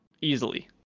easily